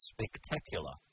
Spectacular